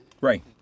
right